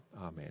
Amen